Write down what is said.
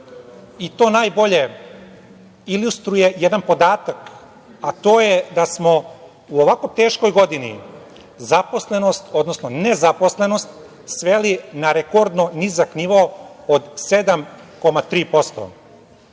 i to najbolje ilustruje jedan podatak, a to je da smo u ovako teškoj godini zaposlenost, odnosno nezaposlenost sveli na rekordno nizak nivo od 7,3%.